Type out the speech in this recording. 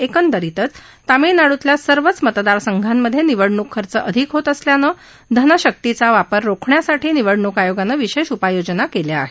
एकंदरच तामिळनाडूतल्या सर्वच मतदारसंघांमधे निवडणूक खर्च अधिक होत असल्यानं धनशक्तीचा वापर रोकण्यासाठी निवडणूक आयोगानं विशेष उपाययोजना केल्या आहेत